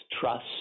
trust